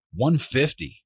150